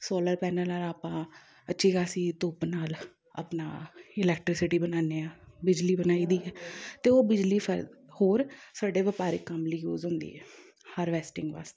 solar panel ਨਾਲ ਆਪਾਂ ਅੱਛੀ ਖਾਸੀ ਧੁੱਪ ਨਾਲ ਆਪਣਾ ਇਲੈਕਟ੍ਰੀਸਿਟੀ ਬਣਾਉਂਦੇ ਹਾਂ ਬਿਜਲੀ ਬਣਾਈ ਦੀ ਅਤੇ ਉਹ ਬਿਜਲੀ ਫਿਰ ਹੋਰ ਸਾਡੇ ਵਪਾਰਕ ਕੰਮ ਲਈ ਯੂਜ਼ ਹੁੰਦੀ ਹੈ ਹਰਵੈਸਟਿੰਗ ਵਾਸਤੇ